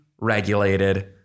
regulated